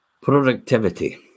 Productivity